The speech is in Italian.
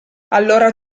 allora